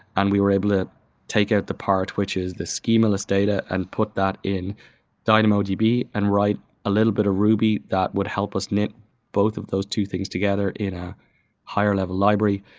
and we were able to take out the part which is the schema-less data and put that in dynamodb and write a little bit of ruby that would help us knit both of those two things together in a higher-level library.